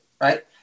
Right